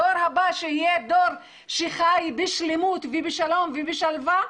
הדור הבא שיהיה דור שחי בשלמות ובשלום ובשלווה,